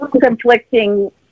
conflicting